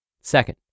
Second